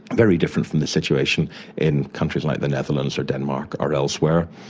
very different from the situation in countries like the netherlands or denmark or elsewhere.